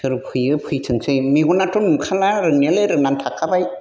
सोर फैयो फैथोंसै मेगनाथ' नुखाला रोंनायालाय रोंनानै थाखाबाय